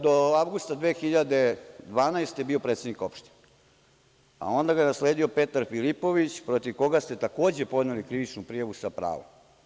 Do avgusta 2012. godine bio je predsednik opštine, a onda ga je nasledio Petar Filipović protiv koga ste, takođe, podneli krivičnu prijavu, sa pravom.